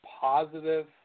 positive